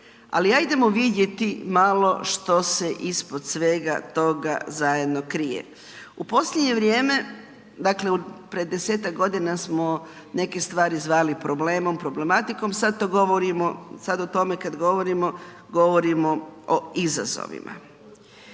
Ali ajdemo vidjeli malo što se ispod svega toga zajedno krije. U posljednje vrijeme dakle pred 10-ak godina smo neke stvari zvali problemom, problematiko, sad o tome kad govorimo, govorimo o izazovima.